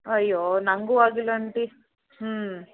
ಅಯ್ಯೋ ನನಗೂ ಆಗಿಲ್ಲ ಆಂಟಿ ಹ್ಞೂ